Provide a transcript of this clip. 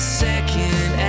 second